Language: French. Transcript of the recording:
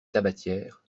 tabatière